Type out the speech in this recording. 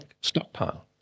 stockpile